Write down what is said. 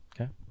Okay